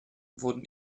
wurden